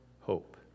hope